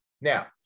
Now